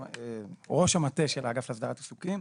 ראש המטה של האגף לאסדרת עיסוקים.